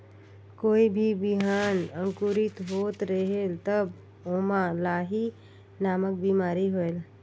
कोई भी बिहान अंकुरित होत रेहेल तब ओमा लाही नामक बिमारी होयल?